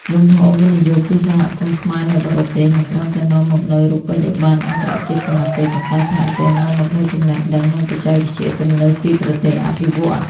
លំហូរវិនិយោគពីសហគមន៍ខ្មែរនៅបរទេស មិនត្រឹមតែនាំមកនូវរូបិយប័ណ្ណអន្តរជាតិប៉ុណ្ណោះទេ ប៉ុន្តែថែមទាំងនាំមកនូវចំណេះដឹង និងបច្ចេកវិទ្យាទំនើបពីប្រទេសអភិវឌ្ឍន៍។